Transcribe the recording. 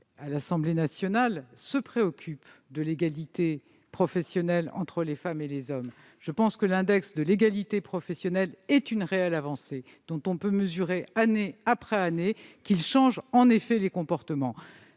à l'Assemblée nationale se préoccupent de l'égalité professionnelle entre les femmes et les hommes ! L'index de l'égalité professionnelle est une réelle avancée, dont on peut mesurer année après année l'effet sur le changement des comportements.